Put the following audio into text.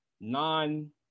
non